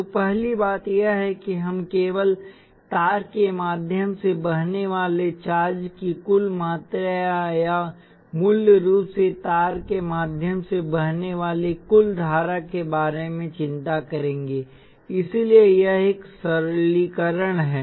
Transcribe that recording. तो पहली बात यह है कि हम केवल तार के माध्यम से बहने वाले चार्ज की कुल मात्रा या मूल रूप से तार के माध्यम से बहने वाली कुल धारा के बारे में चिंता करेंगे इसलिए यह एक सरलीकरण है